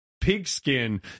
pigskin